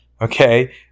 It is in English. okay